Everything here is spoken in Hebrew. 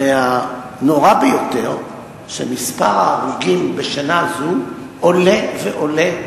והנורא ביותר שמספר ההרוגים בשנה זו עולה ועולה,